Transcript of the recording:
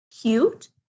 cute